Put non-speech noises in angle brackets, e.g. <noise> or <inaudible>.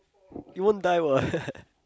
you won't die [what] <laughs>